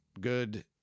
good